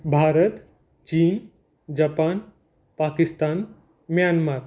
भारत चीन जपान पाकिस्तान म्यानमार